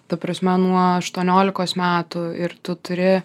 ta prasme nuo aštuoniolikos metų ir tu turi